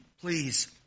please